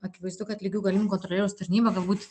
akivaizdu kad lygių galimybių kontrolieriaus tarnyba galbūt